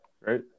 right